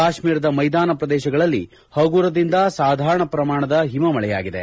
ಕಾಶ್ನೀರದ ಮ್ಲೆದಾನ ಪ್ರದೇಶಗಳಲ್ಲಿ ಹಗುರದಿಂದ ಸಾಧಾರಣ ಪ್ರಮಾಣದ ಹಿಮ ಮಳೆಯಾಗಿದೆ